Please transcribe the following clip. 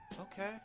Okay